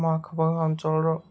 ମୋ ଆଖପାଖ ଅଞ୍ଚଳର